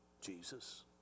Jesus